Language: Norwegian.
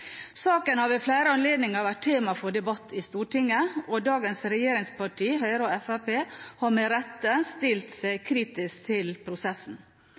Saken har ved flere anledninger vært tema for debatt i Stortinget, og dagens regjeringspartier, Høyre og Fremskrittspartiet, har med rette stilt seg kritiske til prosessen.